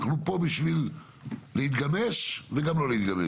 אנחנו פה בשביל להתגמש וכשצריך גם לא להתגמש.